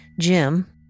Jim